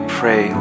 pray